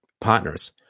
partners